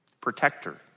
protector